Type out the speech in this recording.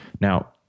Now